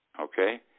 okay